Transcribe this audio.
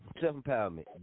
self-empowerment